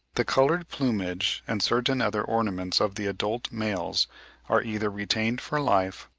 the coloured plumage and certain other ornaments of the adult males are either retained for life,